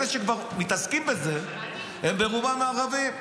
אלה שכבר מתעסקים בזה הם ברובם ערבים.